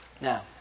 Now